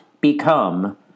become